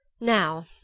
Now